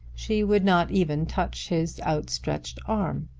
she would not even touch his outstretched arm.